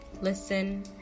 listen